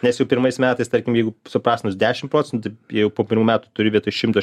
nes jau pirmais metais tarkim jeigu suprastinus dešim procentų jau po pirmų metų turi vietoj šimto